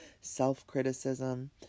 self-criticism